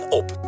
op